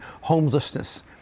homelessness